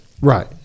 right